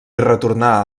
retornà